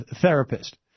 therapist